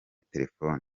terefoni